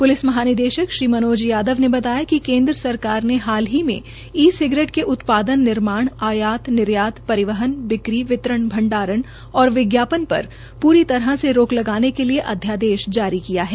police महानिदेशक श्री मनोज यादव ने बताया कि केंद्र सरकार ने हाल ही में ई सिगरेट के उत्पादन निर्माण आयात निर्यात परिवहन बिक्री वितरण भंडारण और विज्ञापन पर पूरी तरह से रोक लगाने के लिए अध्यादेश जारी किया है